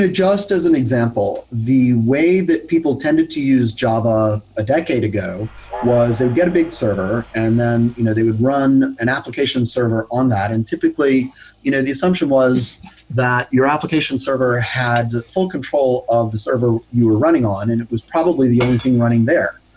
just as an example, the way that people tend to to use java a decade ago was they'll get a big server and then you know they would run an application server on that, and typically you know the assumption was that your application server had full control of the server you're running on and it was probably the only thing running there.